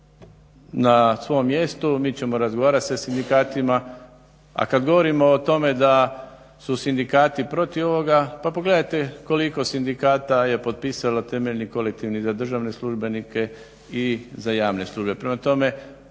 na svom mjestu, mi ćemo razgovarat sa sindikatima, a kad govorimo o tome da su sindikati protiv ovoga pa pogledajte koliko sindikata je potpisalo temeljni kolektivni za državne službenike i za javne službe.